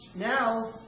now